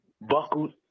buckled